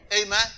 Amen